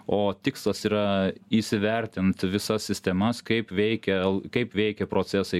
o tikslas yra įsivertint visas sistemas kaip veikia kaip veikia procesai